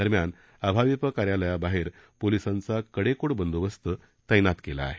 दरम्यान अभाविप कार्यालयाबाहेर पोलिसांचा कडेकोट बंदोबस्त तैनात केला आहे